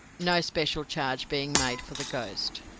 no special charge being made for the ghost.